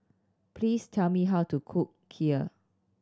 please tell me how to cook Kheer